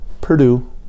Purdue